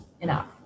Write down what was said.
enough